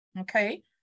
Okay